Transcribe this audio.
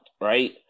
right